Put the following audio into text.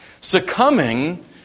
succumbing